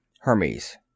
Hermes